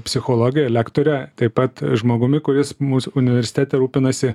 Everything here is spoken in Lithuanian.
psichologe lektore taip pat žmogumi kuris mūsų universitete rūpinasi